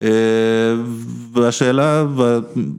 אהה... והשאלה...